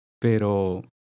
Pero